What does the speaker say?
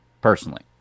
personally